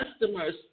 customers